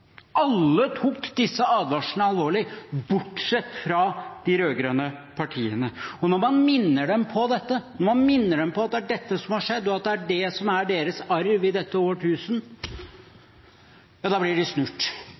Alle tok disse advarslene alvorlig, bortsett fra de rød-grønne partiene. Når man minner dem på dette, når man minner dem på at det er dette som har skjedd, og at det er det som er deres arv i dette årtusen, ja da blir de snurt,